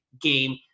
game